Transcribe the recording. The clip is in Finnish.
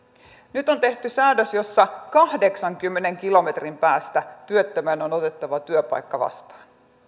nyt on tehty säädös jossa kahdeksankymmenen kilometrin päästä työttömän on otettava työpaikka vastaan